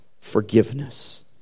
forgiveness